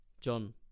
John